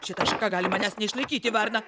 šita šaka gali manęs neišlaikyti varna